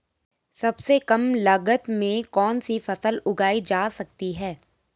सबसे कम लागत में कौन सी फसल उगाई जा सकती है